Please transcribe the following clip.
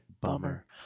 Bummer